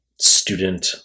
student